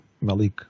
Malik